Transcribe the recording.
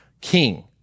king